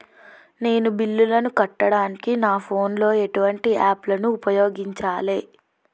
నేను బిల్లులను కట్టడానికి నా ఫోన్ లో ఎటువంటి యాప్ లను ఉపయోగించాలే?